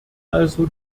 also